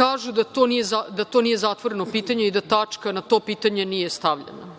kažu da to nije zatvoreno pitanje i da tačka na to pitanje nije stavljena,